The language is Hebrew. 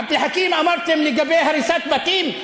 עבד אל חכים, אמרתם לגבי הריסת בתים?